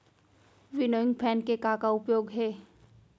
Winnowing fan के का का उपयोग हे?